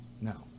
No